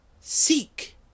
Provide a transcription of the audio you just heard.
Seek